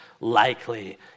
likely